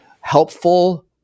helpful